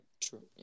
True